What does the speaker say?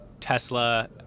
tesla